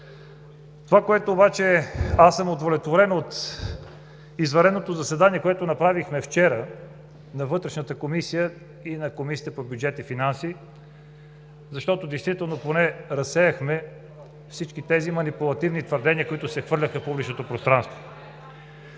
гледат телевизия. Аз съм удовлетворен от извънредното заседание, което направихме вчера на Вътрешната комисия и на Комисията по бюджет и финанси, защото поне разсеяхме всички тези манипулативни твърдения, които се хвърляха в публичното пространство.